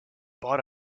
bought